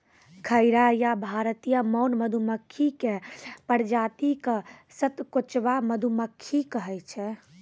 खैरा या भारतीय मौन मधुमक्खी के प्रजाति क सतकोचवा मधुमक्खी कहै छै